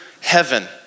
heaven